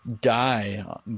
die